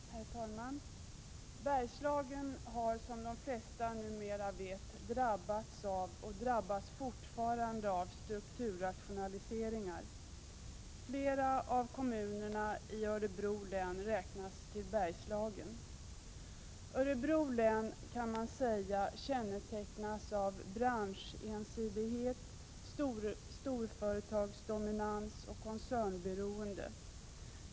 Herr talman! Bergslagen har som de flesta numera vet drabbats av och drabbas fortfarande av strukturrationaliseringar. Flera av kommunerna i Örebro län räknas till Bergslagen. Örebro län, kan man säga, kännetecknas av branschensidighet — storföretagsdominans och koncernberoende.